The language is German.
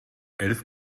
elf